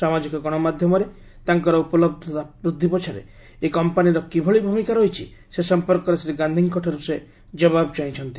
ସାମାଜିକ ଗଣମାଧ୍ୟମରେ ତାଙ୍କର ଉପଲହ୍ଧତା ବୃଦ୍ଧି ପଛରେ ଏହି କମ୍ପାନୀର କିଭଳି ଭୂମିକା ରହିଛି ସେ ସମ୍ପର୍କରେ ଶ୍ରୀ ଗାନ୍ଧିଙ୍କଠାରୁ ସେ ଜବାବ୍ ଚାହିଁଛନ୍ତି